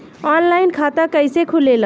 Online खाता कइसे खुलेला?